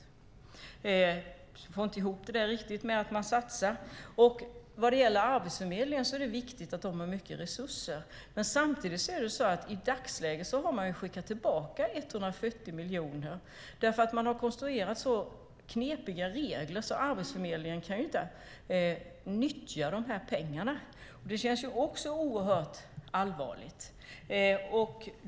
Jag får inte riktigt ihop det med att man satsar. Vad det gäller Arbetsförmedlingen är det viktigt att de har mycket resurser. Men samtidigt är det så att de i dagsläget har skickat tillbaka 140 miljoner för att man har konstruerat så knepiga regler att Arbetsförmedlingen inte kan nyttja de här pengarna. Det känns också oerhört allvarligt.